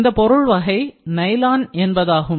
இந்த பொருள் வகை நைலான் என்பதாகும்